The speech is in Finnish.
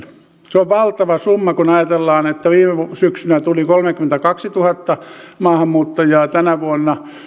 se on valtava summa kun ajatellaan että viime syksynä tuli kolmekymmentäkaksituhatta maahanmuuttajaa ja tänä vuonna